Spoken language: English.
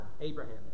Abraham